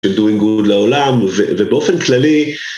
ודואינג גוד לעולם ובאופן כללי.